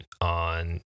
on